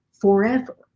forever